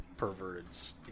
Perverts